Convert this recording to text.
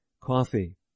coffee